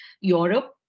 Europe